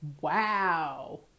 wow